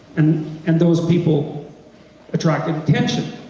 and and those people attracted attention.